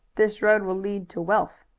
this road will lead to wealth.